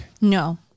No